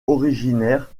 originaires